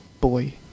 boy